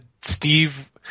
Steve